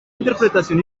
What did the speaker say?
interpretación